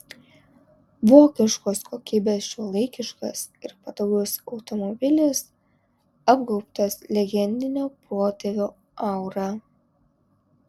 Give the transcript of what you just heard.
vokiškos kokybės šiuolaikiškas ir patogus automobilis apgaubtas legendinio protėvio aura